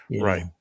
Right